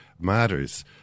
matters